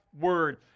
word